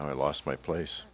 i lost my place